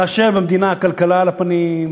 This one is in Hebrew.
כאשר במדינה הכלכלה על הפנים,